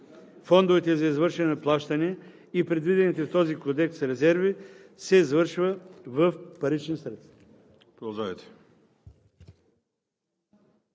фондовете за извършване на плащания и предвидените в този кодекс резерви се извършва в парични средства.“